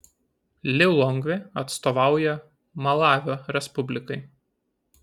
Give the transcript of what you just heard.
lilongvė atstovauja malavio respublikai